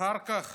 אחר כך